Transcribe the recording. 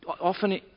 Often